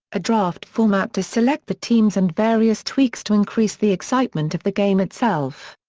a draft format to select the teams and various tweaks to increase the excitement of the game itself.